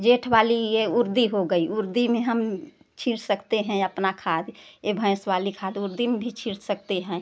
जेठ वाली ये उरदी हो गई उरदी में हम छींट सकते हैं अपना खाद ये भैंस वाली खाद उरदी में भी छींट सकते हैं